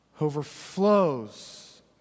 overflows